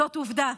זאת עובדה.